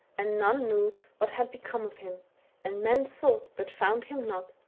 and none knew what had become of him and men sought but found him not,